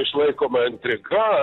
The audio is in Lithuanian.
išlaikoma intriga